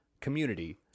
community